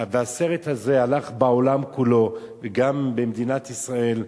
והסרט הזה הלך בעולם כולו, גם במדינת ישראל.